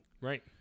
Right